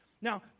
Now